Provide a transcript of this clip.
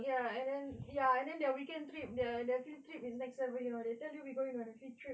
ya and then ya and then the weekend trip the the field trip is like forever you know they tell you we going on a field trip